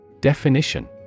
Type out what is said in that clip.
Definition